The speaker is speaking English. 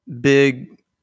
big